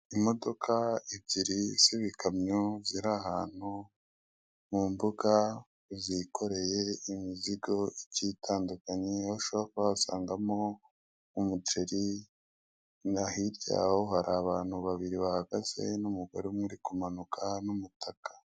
Imodoka ebyiri z'ibikamyo ziri ahantu mu mbuga, zikoreye imizigo igiye itandukanye, aho ushobora kuba wasangamo umuceri, no hirya ho hari abantu bahagaze n'umugore umwe uri kumanuka n'umutaka.